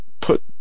put